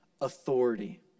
Authority